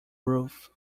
roof